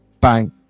bang